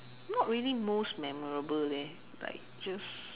not really most memorable leh like just